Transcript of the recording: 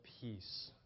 peace